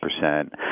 percent